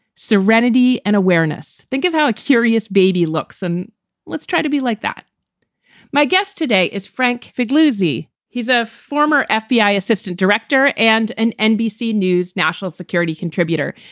serenity and awareness. think of how a curious baby looks and let's try to be like that my guest today is frank floozie. he's a former ah fbi assistant director and an nbc news national security contributor.